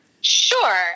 Sure